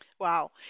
Wow